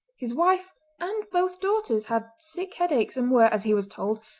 his wife and both daughters had sick headaches, and were, as he was told,